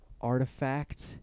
artifact